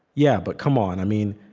yeah, but come on. i mean,